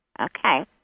Okay